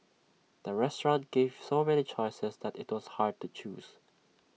the restaurant gave so many choices that IT was hard to choose